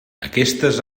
aquestes